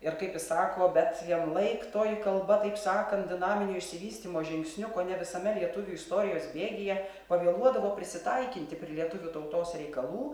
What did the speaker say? ir kaip jis sako bet vienlaik toji kalba taip sakant dinaminio išsivystymo žingsniu kone visame lietuvių istorijos bėgyje pavėluodavo prisitaikinti prie lietuvių tautos reikalų